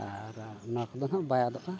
ᱟᱨ ᱚᱱᱟ ᱠᱚᱫᱚ ᱱᱟᱜ ᱵᱟᱭ ᱟᱫᱚᱜᱼᱟ